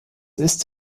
ist